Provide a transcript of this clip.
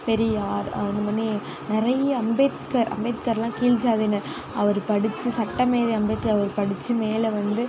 பெரியார் நிறைய அம்பேத்க அம்பேத்கர்லாம் கீழ் ஜாதியினர் அவர் படித்து சட்டமேதை அம்பேத்கர் அவர் படித்து மேல் வந்து